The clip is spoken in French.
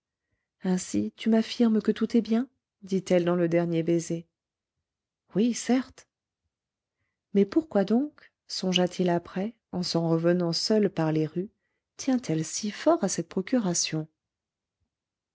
ainsi tu m'affirmes que tout est bien dit-elle dans le dernier baiser oui certes mais pourquoi donc songea-t-il après en s'en revenant seul par les rues tient-elle si fort à cette procuration